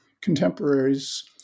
contemporaries